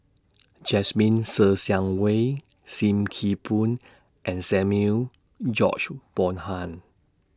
Jasmine Ser Xiang Wei SIM Kee Boon and Samuel George Bonham